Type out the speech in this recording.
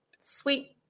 sweet